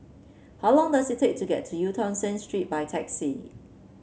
how long does it take to get to Eu Tong Sen Street by taxi